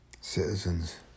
citizens